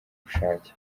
bushake